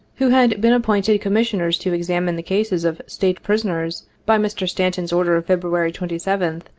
who had been appointed commissioners to examine the cases of state prisoners by mr. stanton's order of february twenty seventh,